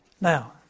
Now